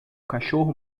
cachorro